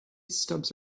stumps